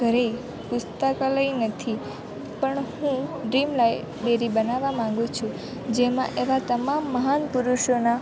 ઘરે પુસ્તકાલય નથી પણ હું ડ્રીમ લાઇબ્રેરી બનાવવા માંગું છું જેમાં એના તમામ મહાન પુરુષોના